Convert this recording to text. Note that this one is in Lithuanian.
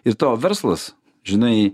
ir tavo verslas žinai